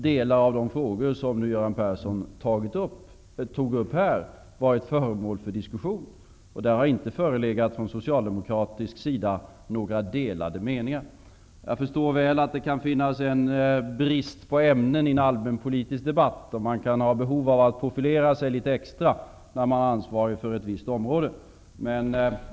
Delar av de frågor som Göran Persson tog upp här har också varit föremål för diskussion. Några delade meningar från socialdemokratisk sida har inte förelegat. Jag förstår väl att det kan finnas en brist på ämnen i en allmänpolitisk debatt, och man kan ha behov av att profilera sig litet extra när man är ansvarig för ett visst område.